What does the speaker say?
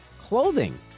clothing